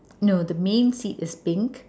no the main seat is pink